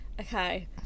Okay